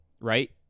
right